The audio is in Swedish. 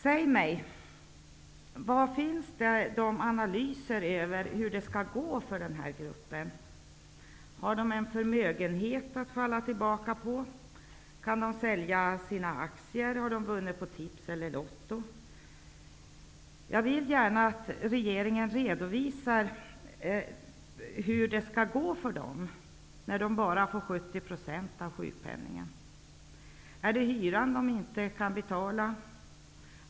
Säg mig vad de analyser finns om hur det skall gå för denna grupp människor. Har de en förmögenhet att falla tillbaka på? Kan de sälja sina aktier? Har de vunnit på Tipset eller Lotto? Jag vill gärna att regeringen redovisar hur det kan gå för dem när de bara får 70 % i sjukpenning. Är det hyran de skall avstå från att betala?